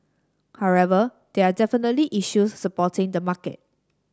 however there are definitely issues supporting the market